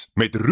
met